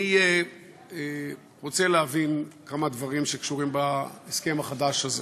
אני רוצה להבין כמה דברים שקשורים בהסכם החדש הזה.